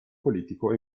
politico